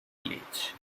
village